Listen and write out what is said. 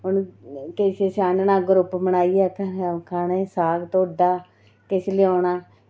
उ'नें किश किश आह्नना ग्रुप बनाइयै खानै गी ढोड्डा किश लेई औना